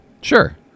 Sure